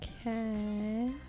Okay